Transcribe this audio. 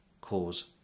cause